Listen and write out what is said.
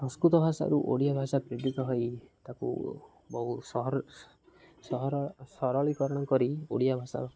ସଂସ୍କୃତ ଭାଷାରୁ ଓଡ଼ିଆ ଭାଷା ହୋଇ ତାକୁ ବହୁ ସରଳୀକରଣ କରି ଓଡ଼ିଆ ଭାଷା